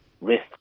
risk